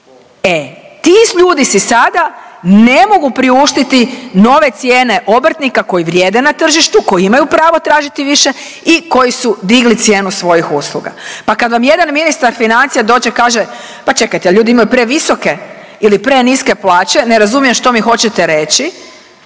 e ti ljudi si sada ne mogu priuštiti nove cijene obrtnika koji vrijede na tržištu, koji imaju pravo tražiti više i koji su digli cijenu svojih usluga. Pa kad vam jedan ministar financija dođe kaže pa čekajte ljudi imaju previsoke ili preniske plaće, ne razumijem što mi hoćete reći,